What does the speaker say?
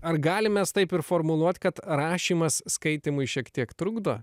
ar galim mes taip ir formuluot kad rašymas skaitymui šiek tiek trukdo